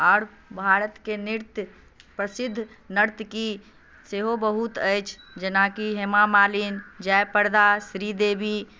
आओर भारतके नृत्य प्रसिद्ध नर्तकी सेहो बहुत अछि जेनाकि हेमा मालिनी जया प्रदा श्री देवी